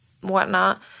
whatnot